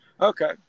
Okay